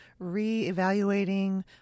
reevaluating